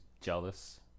jealous